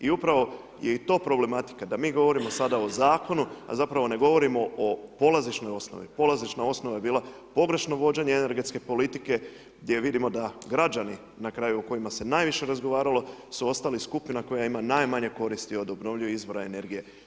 I upravo je i to problematika, da mi govorimo sada o zakonu, a zapravo ne govorimo o polazišnoj osnovi, polazišna osnova je bila pogrešno vođenje energetske politike gdje vidimo da građani na kraju o kojima se naviše razgovaralo su ostali skupina koja ima najmanje koristi od obnovljivih izvora energije.